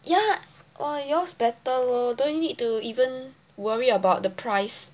yeah orh yours better lor you don't need to even worry about the price